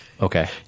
Okay